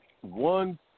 one